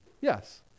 Yes